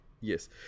Yes